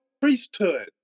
priesthood